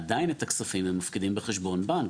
עדיין את הכספים הם מפקידים בחשבון בנק.